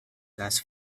class